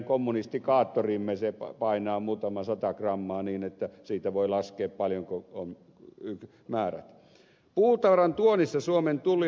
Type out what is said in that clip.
se painaa muutaman sata grammaa niin että siitä voi laskea paljonko ovat määrät